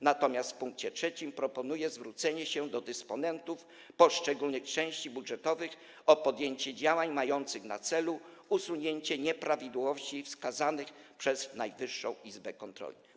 Natomiast w pkt III komisja proponuje zwrócenie się do dysponentów poszczególnych części budżetowych o podjęcie działań mających na celu usunięcie nieprawidłowości wskazanych przez Najwyższą Izbę Kontroli.